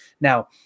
Now